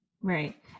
right